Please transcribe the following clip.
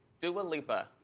dua lipa.